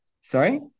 Sorry